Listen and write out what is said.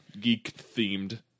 geek-themed